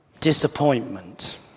disappointment